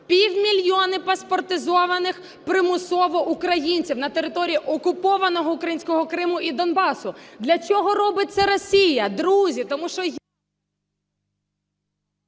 Пів мільйона паспортизованих примусово українців на території окупованого українського Криму і Донбасу. Для чого робить це Росія? Друзі,